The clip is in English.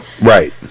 Right